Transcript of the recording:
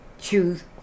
choose